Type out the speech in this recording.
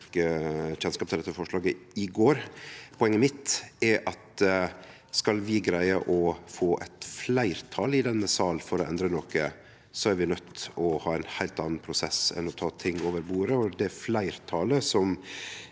kjennskap til dette forslaget i går. Poenget mitt er at skal vi greie å få eit fleirtal i denne sal for å endre noko, er vi nøydde til å ha ein heilt annan prosess enn å ta ting over bordet. Det fleirtalet som